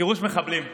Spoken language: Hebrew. גירוש מחבלים.